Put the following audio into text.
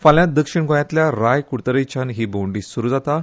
फाल्यां दक्षिण गोंयांतल्या राय कुडतरेच्या ही भोंवडी सुरू जाता